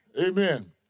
Amen